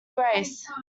grace